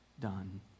done